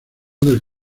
del